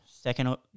second